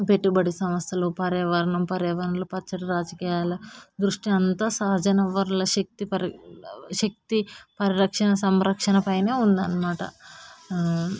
పెట్టుబడి సంస్థలు పర్యావరణం పర్యావరణంలో పచ్చటి రాజకీయాల దృష్టి అంతా సహజ వనరుల శక్తి పరి శక్తి పరిరక్షణ సంరక్షణ పైనే ఉందన్నమాట